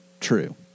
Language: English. true